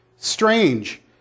strange